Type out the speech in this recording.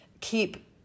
keep